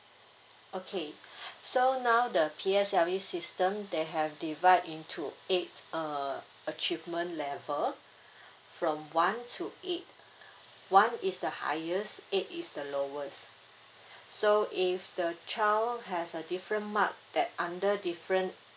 okay so now the P_S_L_E system they have divide into eight uh achievement level from one to eight one is the highest eight is the lowest so if the child has a different mark that under different